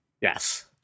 Yes